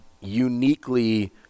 uniquely